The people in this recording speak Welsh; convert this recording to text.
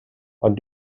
ond